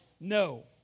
No